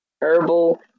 Herbal